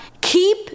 keep